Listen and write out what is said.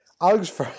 Alex